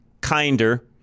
kinder